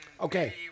Okay